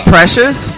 Precious